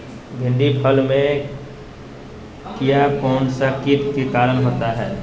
भिंडी फल में किया कौन सा किट के कारण होता है?